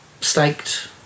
staked